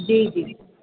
जी जी